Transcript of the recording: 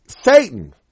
Satan